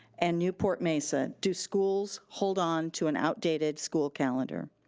and newport-mesa do schools hold on to an outdated school calendar.